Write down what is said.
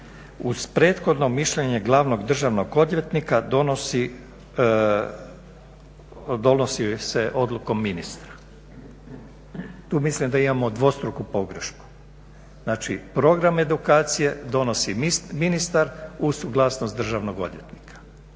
uz prethodno mišljenje glavnog državnog odvjetnika donosi se odlukom ministra. Tu mislim da imamo dvostruku pogrešku. Znači, program edukacije donosi ministar uz suglasnost državnog odvjetnika.